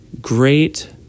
great